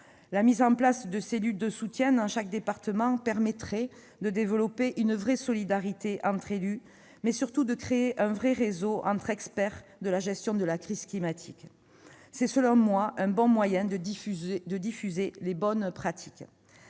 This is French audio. La mise en place de cellules de soutien dans chaque département permettrait de développer une véritable solidarité entre élus, mais surtout de créer un vrai réseau d'experts de la gestion de la crise climatique. C'est selon moi un moyen pertinent de diffuser les bonnes pratiques.